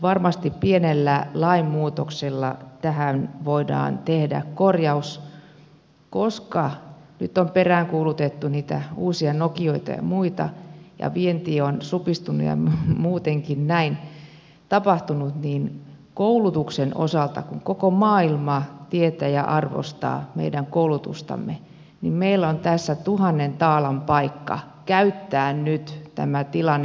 varmasti pienellä lainmuutoksella tähän voidaan tehdä korjaus koska kun nyt on peräänkuulutettu niitä uusia nokioita ja muita ja vienti on supistunut ja muutenkin näin tapahtunut niin koulutuksen osalta kun koko maailma tietää meidän koulutuksemme ja arvostaa sitä meillä on tässä tuhannen taalan paikka käyttää nyt tämä tilanne hyväksemme